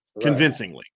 convincingly